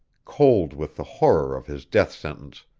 cold with the horror of his death sentence,